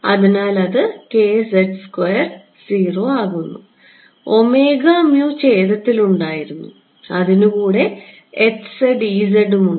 അതിനാൽ അത് ആകുന്നു ഛേദത്തിൽ ഉണ്ടായിരുന്നു അതിനു കൂടെ ഉം ഉണ്ട്